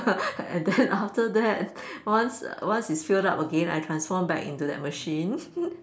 and then after that once uh once it's filled up again I transform back into that machine